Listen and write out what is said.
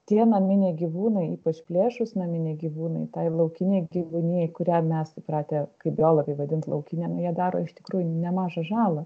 tie naminiai gyvūnai ypač plėšrūs naminiai gyvūnai tai laukinei gyvūnijai kurią mes įpratę kaip biologai vadint laukine nu jie daro iš tikrųjų nemažą žalą